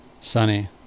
sunny